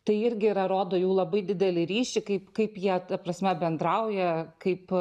tai irgi yra rodo jų labai didelį ryšį kaip kaip jie ta prasme bendrauja kaip